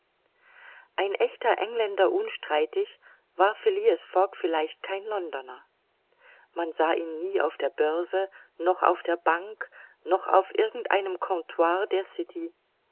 ein echter engländer unstreitig war phileas fogg vielleicht kein londoner man sah ihn nie auf der börse noch auf der bank noch auf irgend einem comptoir der city